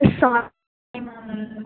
sorry ma'am